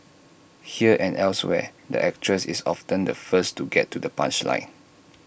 here and elsewhere the actress is often the first to get to the punchline